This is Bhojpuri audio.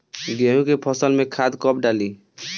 गेहूं के फसल में खाद कब डाली?